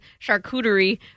charcuterie